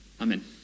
Amen